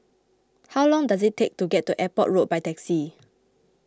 how long does it take to get to Airport Road by taxi